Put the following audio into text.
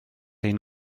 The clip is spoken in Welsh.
ein